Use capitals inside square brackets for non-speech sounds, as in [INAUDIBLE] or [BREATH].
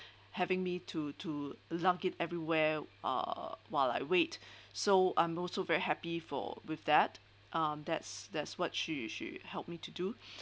[BREATH] having me to to lug it everywhere uh while I wait [BREATH] so I'm also very happy for with that um that's that's what she she helped me to do [BREATH]